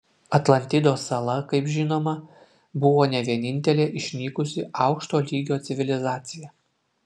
atlantidos sala kaip žinoma buvo ne vienintelė išnykusi aukšto lygio civilizacija